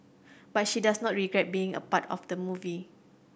but she does not regret being a part of the movie